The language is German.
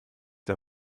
der